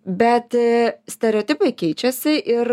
bet stereotipai keičiasi ir